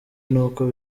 n’uko